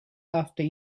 after